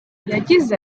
yagize